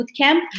bootcamp